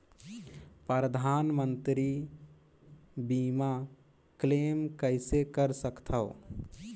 परधानमंतरी मंतरी बीमा क्लेम कइसे कर सकथव?